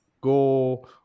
go